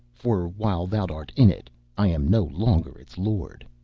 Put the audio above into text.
for while thou art in it i am no longer its lord.